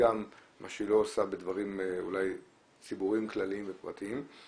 שיש כמה קופות חולים מרכזיות, אבל הן